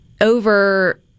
over